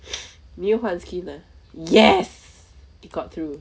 你又换 skin ah yes it got through